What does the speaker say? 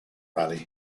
raleigh